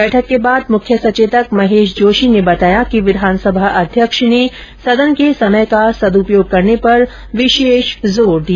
बैठक के बाद मुख्य सचेतक महेश जोशी ने बताया कि विधानसभा अध्यक्ष ने सदन के समय का सदुपयोग करने पर विर्शेष जोर दिया